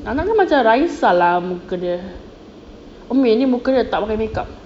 anak dia macam raisya lah muka dia umi ni muka dia tak pakai makeup